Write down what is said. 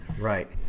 right